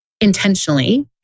intentionally